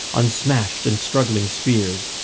on smashed and struggling spears.